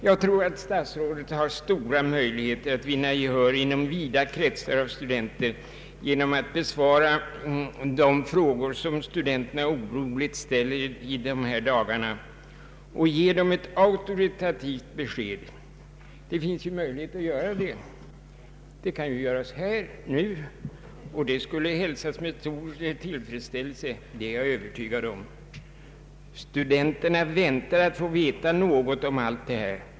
Jag tror att statsrådet har stora möjligheter att vinna gehör inom vida kretsar av studenter genom att besvara de frågor som studenterna oroligt ställer i dessa dagar och ge dem ett auktoritativt besked. Det finns möjlighet att göra detta här, nu, och det skulle hälsas med stor tillfredsställelse, det är jag övertygad om. Studenterna väntar på att få veta något om allt detta.